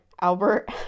Albert